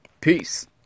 Peace